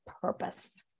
purpose